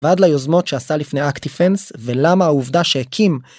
ועד ליוזמות שעשה לפני אקטיב פנס ולמה העובדה שהקים.